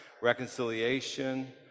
reconciliation